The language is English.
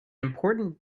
important